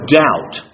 doubt